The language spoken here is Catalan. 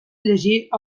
llegir